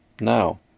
now